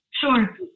Sure